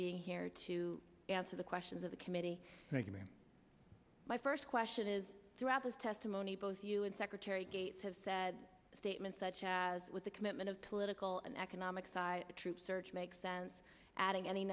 being here to answer the questions of the committee my first question is throughout this testimony both you and secretary gates have said statements such as with the commitment of political and economic side troops makes sense adding any